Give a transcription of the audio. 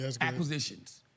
acquisitions